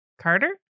Carter